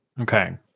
Okay